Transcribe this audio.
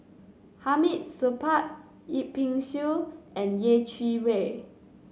Hamid Supaat Yip Pin Xiu and Yeh Chi Wei